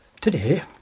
today